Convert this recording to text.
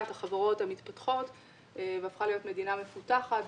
החברות המתפתחות והפכה להיות מדינה מפותחת.